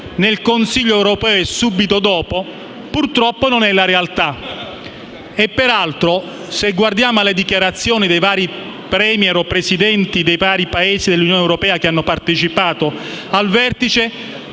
nel Consiglio europeo e immediatamente dopo, purtroppo non corrisponde alla realtà. Peraltro, se guardiamo alle dichiarazioni dei vari *Premier* o Presidenti dei Paesi dell'Unione europea che hanno partecipato al vertice,